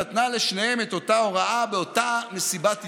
נתנה לשניהם את אותה הוראה באותה מסיבת עיתונאים,